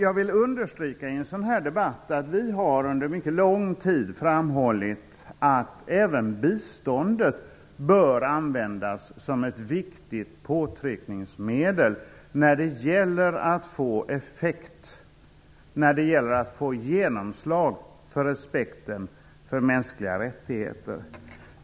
Jag vill i en sådan här debatt understyrka att vi under mycket lång tid har framhållit att även biståndet bör användas som ett viktigt påtryckningsmedel när det gäller att få effekt och genomslag för respekten för mänskliga rättigheter.